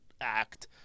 act